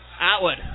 Atwood